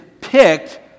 picked